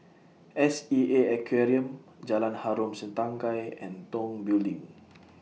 S E A Aquarium Jalan Harom Setangkai and Tong Building